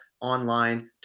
online